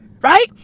Right